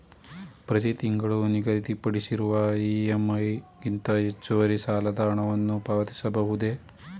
ಪ್ರತಿ ತಿಂಗಳು ನಿಗದಿಪಡಿಸಿರುವ ಇ.ಎಂ.ಐ ಗಿಂತ ಹೆಚ್ಚುವರಿ ಸಾಲದ ಹಣವನ್ನು ಪಾವತಿಸಬಹುದೇ?